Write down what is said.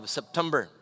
September